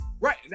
Right